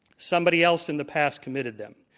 somebody else in the past committed them.